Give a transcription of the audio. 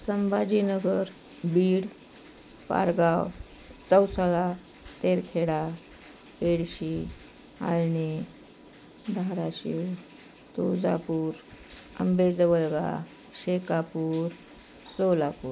Sambhajinagar Beed Pargaon Chausala Terkheda Yedshi Alani Dharashiv Tuljapur Ambejavalga Shekapur Solapur